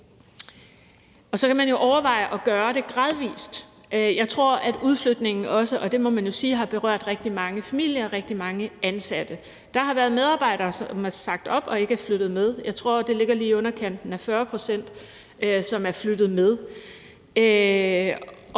Så kan man jo overveje at gøre det gradvis. Jeg tror, at udflytningen også – det må man jo sige – har berørt rigtig mange familier og rigtig mange ansatte. Der har været medarbejdere, som har sagt op og ikke er flyttet med. Jeg tror, det ligger lige i underkanten af 40 pct., som er flyttet med.